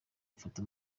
mfata